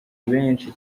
benshi